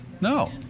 No